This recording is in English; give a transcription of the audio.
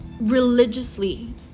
religiously